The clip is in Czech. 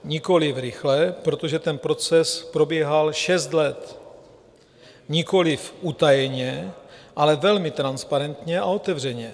Nikoliv rychle, protože ten proces probíhal šest let, nikoliv utajeně, ale velmi transparentně a otevřeně.